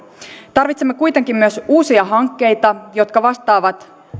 tarvitsemme kuitenkin myös uusia hankkeita jotka vastaavat